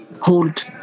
hold